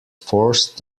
forced